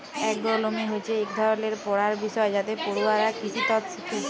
এগ্রোলমি হছে ইক ধরলের পড়ার বিষয় যাতে পড়ুয়ারা কিসিতত্ত শিখে